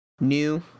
new